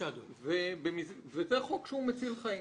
זה חוק שהוא מציל חיים.